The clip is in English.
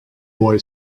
boy